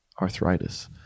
arthritis